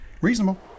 reasonable